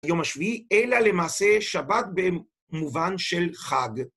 יום השביעי, אלא למעשה שבת במובן של חג.